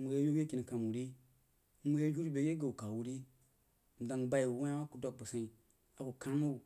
mwoí avieu ke kin kama wu ri mwoi avieu rig bai ke gau kawu wuh ri dəng bayi wuh aku dwəg bəg sain aku kan wu.